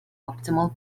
optimal